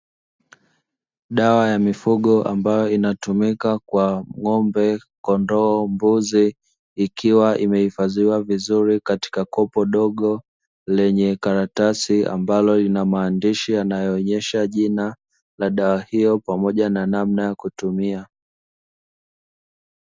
Dawa ya mifugo ambayo inatumika kwa ng`ombe, kondoo, mbuzi ikiwa imehifadhiwa vizuri katika kopo dogo lenye karatasi ambalo lina maandishi yanayoonyesha jina la dawa hiyo pamoja na namna ya kutumia.